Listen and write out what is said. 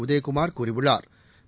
உதயகுமாா் கூறியுள்ளா்